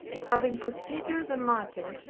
having considered the matter,